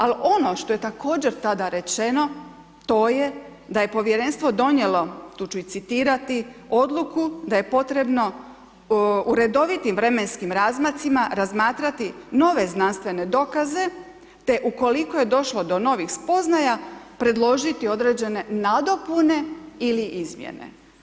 Ali, ono što je također tada rečeno, to je da je povjerenstvo donijelo, tu ću i citirati, odluku da je potrebno u redovitim vremenskim razmacima razmatrati nove znanstvene dokaze te ukoliko je došlo do novih spoznaja, predložiti određene nadopune ili izmjene.